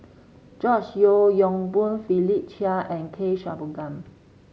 George Yeo Yong Boon Philip Chia and K Shanmugam